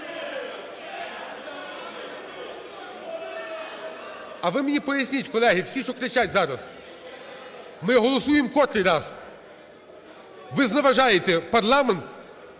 А ви мені поясніть, колеги, всі, що кричать зараз, ми голосуємо котрий раз? Ви зневажаєте парламент,